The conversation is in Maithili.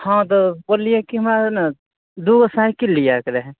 हँ तऽ बोललिये कि हमरा ने दू गो साइकिल लियैके रहै